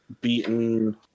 beaten